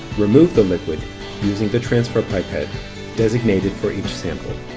remove the liquid using the transfer pipette designated for each sample.